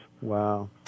Wow